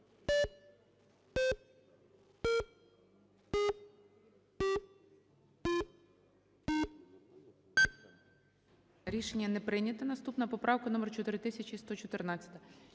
Рішення не прийнято. Наступна поправка - номер 4114.